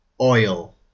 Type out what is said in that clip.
Oil